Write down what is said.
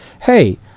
hey